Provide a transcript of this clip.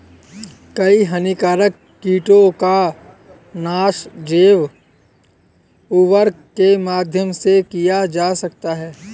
कई हानिकारक कीटों का नाश जैव उर्वरक के माध्यम से किया जा सकता है